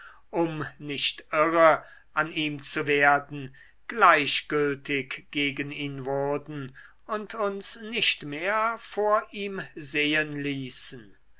um nicht irre an ihm zu werden gleichgültig gegen ihn wurden und uns nicht mehr vor ihm sehen ließen